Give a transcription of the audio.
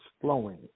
flowing